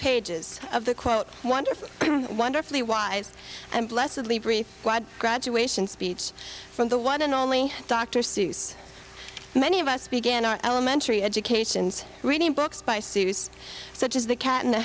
pages of the quote wonderful wonderfully wise and blessedly brief glad graduation speech from the one and only dr seuss many of us began our elementary educations reading books by series such as the cat in the